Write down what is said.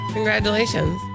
Congratulations